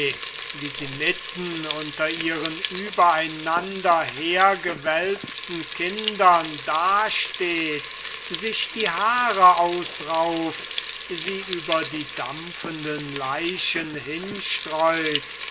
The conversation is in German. wie sie mitten unter ihren übereinander hergewälzten kindern dasteht sich die haare ausrauft sie über die dampfenden leichen hinstreut